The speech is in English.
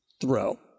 throw